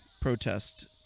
protest